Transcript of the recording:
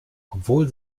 obwohl